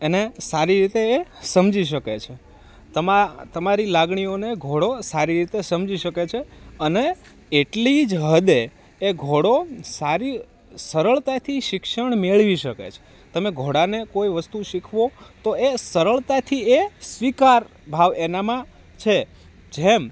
એને સારી રીતે એ સમજી શકે છે તમારી લાગણીઓને ઘોડો સારી રીતે સમજી શકે છે અને એટલી જ હદે એ ઘોડો સારી સરળતાથી શિક્ષણ મેળવી શકે છે તમે ઘોડાને કોઈ વસ્તુ શીખવો તો એ સરળતાથી એ સ્વીકાર ભાવ એનામાં છે જેમ